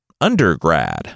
undergrad